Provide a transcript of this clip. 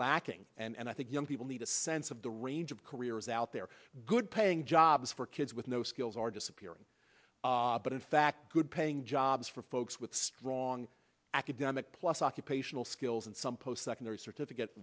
lacking and i think young people need a sense of the range of careers out there good paying jobs for kids with no skills are disappearing but in fact good paying jobs for folks with strong academic plus occupational skills and some post secondary certificate